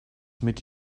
mit